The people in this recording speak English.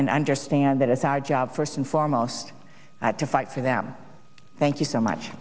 d understand that it's our job first and foremost to fight for them thank you so much